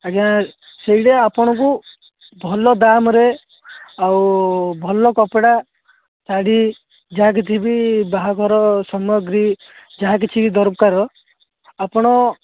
ଆଜ୍ଞା ସେଇଠି ଆପଣଙ୍କୁ ଭଲ ଦାମରେ ଆଉ ଭଲ କପଡ଼ା ଶାଢ଼ୀ ଯାହା କିଛି ବି ବାହାଘର ସାମଗ୍ରୀ ଯାହା କିଛି ଦରକାର ଆପଣ